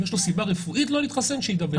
יש לו סיבה רפואית לא להתחסן שידבר אתי.